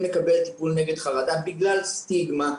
לקבל טיפול נגד דיכאון או חרדה בגלל סטיגמה,